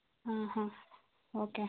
ആ ആ ഓക്കെ